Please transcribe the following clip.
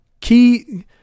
Key